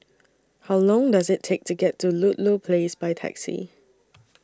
How Long Does IT Take to get to Ludlow Place By Taxi